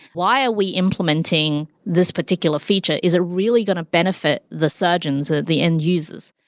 why are we implementing this particular feature? is it really going to benefit the surgeons of the end users?